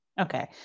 Okay